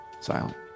silent